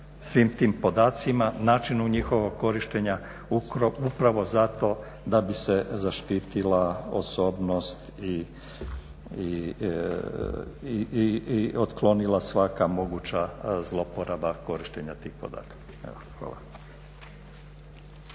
svim tim podacima, načinu njihovog korištenja upravo zato da bi se zaštitila osobnost i otklonila svaka moguća zloporaba korištenja tih podataka.